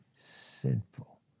Sinful